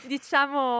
Diciamo